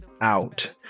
out